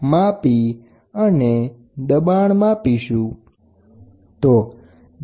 તો આની મદદ વડે આપણે અવરોધનો પ્રકાર જાણી શકાય છે